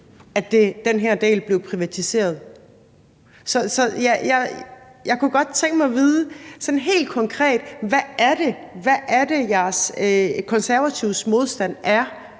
den her del blev privatiseret. Jeg kunne godt tænke mig at vide sådan helt konkret, hvad det er, De Konservatives modstand går